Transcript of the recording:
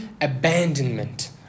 abandonment